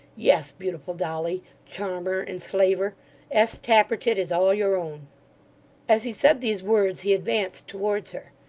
yes, beautiful dolly charmer enslaver s. tappertit is all your own as he said these words he advanced towards her.